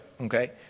okay